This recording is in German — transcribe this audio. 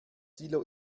silo